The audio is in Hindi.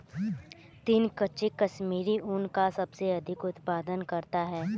चीन कच्चे कश्मीरी ऊन का सबसे अधिक उत्पादन करता है